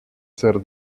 ser